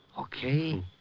okay